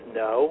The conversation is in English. no